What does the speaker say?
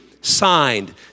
signed